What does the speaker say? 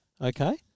Okay